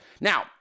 Now